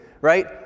right